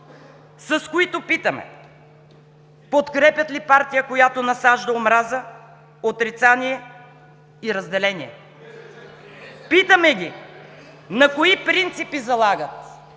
с които питаме: подкрепят ли партия, която насажда омраза, отрицание и разделение? (Реплики от ГЕРБ.) Питаме ги: на кои принципи залагат